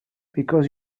because